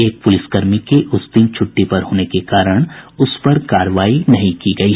एक पुलिसकर्मी के उस दिन छुट्टी पर होने के कारण उस पर कार्रवाई नहीं की गयी